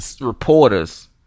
reporters